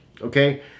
okay